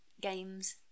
games